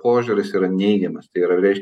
požiūris yra neigiamas tai yra reiškia